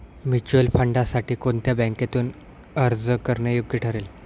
Mutual फंडांसाठी कोणत्या बँकेतून अर्ज करणे योग्य ठरेल?